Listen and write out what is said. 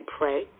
pray